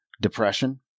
depression